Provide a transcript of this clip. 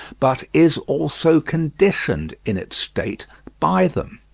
but is also conditioned in its state by them.